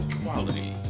quality